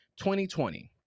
2020